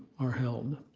are held.